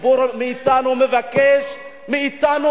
הציבור מבקש מאתנו, מסית ומדיח.